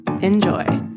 Enjoy